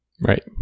Right